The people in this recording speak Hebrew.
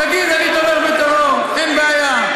תגיד: אני תומך בטרור, אין בעיה.